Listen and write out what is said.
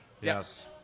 Yes